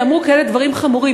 ייאמרו כאלה דברים חמורים.